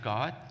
God